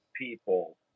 people